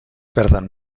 perden